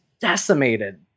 decimated